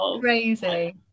Crazy